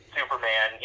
Superman